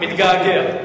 מתגעגע.